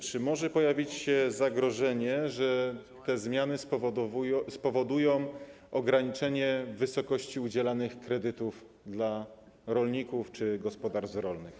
Czy może pojawić się zagrożenie, że te zmiany spowodują ograniczenie wysokości udzielanych kredytów dla rolników czy gospodarstw rolnych?